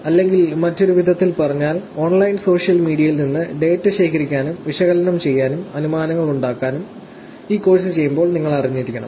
അല്ലെങ്കിൽ മറ്റൊരു വിധത്തിൽ പറഞ്ഞാൽ ഓൺലൈൻ സോഷ്യൽ മീഡിയയിൽ നിന്ന് ഡാറ്റ ശേഖരിക്കാനും വിശകലനം ചെയ്യാനും അനുമാനങ്ങൾ ഉണ്ടാക്കാനും ഈ കോഴ്സ് ചെയ്യുമ്പോൾ നിങ്ങൾ അറിഞ്ഞിരിക്കണം